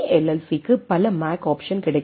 சிக்கு பல make option கிடைக்கக்கூடும்